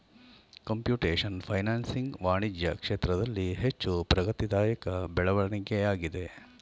computation financing ವಾಣಿಜ್ಯ ಕ್ಷೇತ್ರದಲ್ಲಿ ಹೆಚ್ಚು ಪ್ರಗತಿದಾಯಕ ಬೆಳವಣಿಗೆಯಾಗಿದೆ